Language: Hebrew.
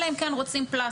אלא אם כן רוצים פלסטר.